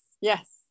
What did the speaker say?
yes